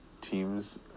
Teams